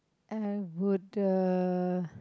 I would uh